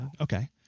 Okay